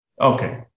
okay